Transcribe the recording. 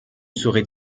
saurait